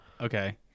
Okay